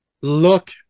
look